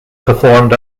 performed